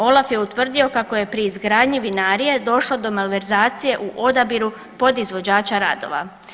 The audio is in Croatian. OLAF je utvrdio kako je pri izgradnji vinarije došlo do malverzacije u odabiru podizvođača radova.